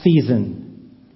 season